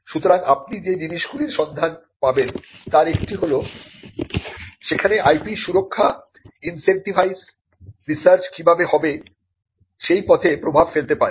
সুতরাং আপনি যে জিনিসগুলির সন্ধান পাবেন তার একটি হল সেখানে IP সুরক্ষা ইন্সেন্টিভাইজ রিসার্চ কিভাবে হবে সেই পথে প্রভাব ফেলতে পারে